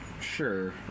Sure